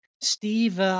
Steve